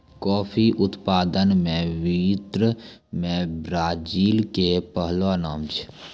coffee उत्पादन मॅ विश्व मॅ ब्राजील के पहलो नाम छै